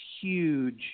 huge